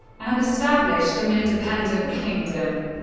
and established an independent kingdom.